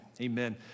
Amen